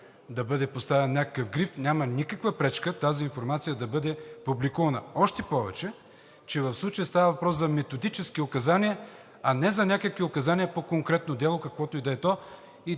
да бъде поставен някакъв гриф, няма никаква пречка тази информация да бъде публикувана, още повече че в случая става въпрос за методически указания, а не за някакви указания по конкретно дело, каквото и да е то,